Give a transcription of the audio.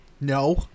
No